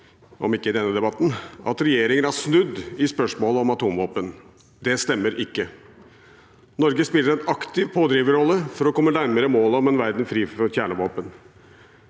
å skape et bilde av at regjeringen har snudd i spørsmålet om atomvåpen. Det stemmer ikke. Norge spiller en aktiv pådriverrolle for å komme nærmere målet om en verden fri for kjernevåpen.